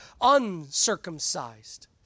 uncircumcised